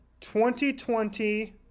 2020